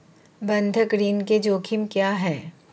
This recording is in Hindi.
बंधक ऋण के जोखिम क्या हैं?